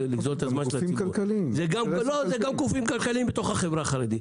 גופים כלכליים בתוך החברה החרדית.